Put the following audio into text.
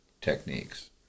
techniques